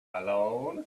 alone